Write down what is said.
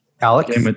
alex